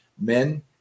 men